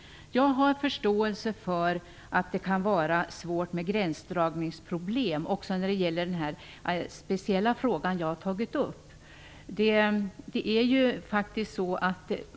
Jag har förståelse för att det kan vara svårt med gränsdragningsproblem också när det gäller den speciella fråga som jag har tagit upp.